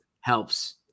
helps